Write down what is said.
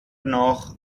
noch